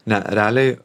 ne realiai